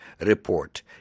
report